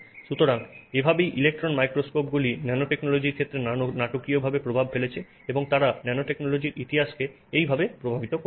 সুতরাং এভাবেই ইলেক্ট্রন মাইক্রোস্কোপগুলি ন্যানোটেকনোলজির ক্ষেত্রে নাটকীয়ভাবে প্রভাব ফেলেছে এবং তারা ন্যানোটেকনোলজির ইতিহাসকে এইভাবে প্রভাবিত করেছে